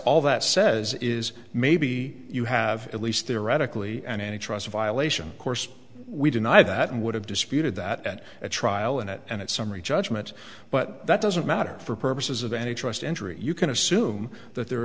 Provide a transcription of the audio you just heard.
all that says is maybe you have at least theoretically and any trust a violation course we deny that and would have disputed that at a trial and it and it's summary judgment but that doesn't matter for purposes of any trust injury you can assume that there